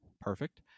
perfect